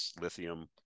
lithium